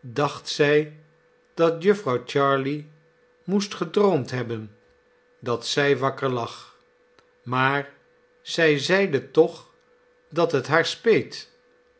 dacht zij dat jufvrouw jarley moest gedroomd hebben dat zij wakker lag maar zij zeide tocb dat het haar speet